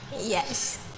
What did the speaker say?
yes